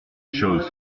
chose